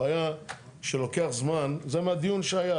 הבעיה שלוקח זמן, זה מהדיון שהיה.